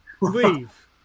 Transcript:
Leave